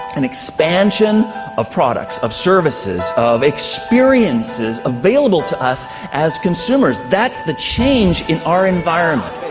an expansion of products, of services, of experiences available to us as consumers. that's the change in our environment.